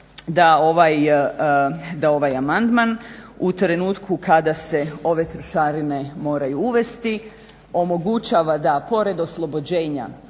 da ovaj amandman u trenutku kada se ove trošarine moraju uvesti omogućava da pored oslobođenja